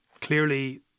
clearly